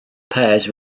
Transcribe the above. pairs